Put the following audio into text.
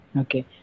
Okay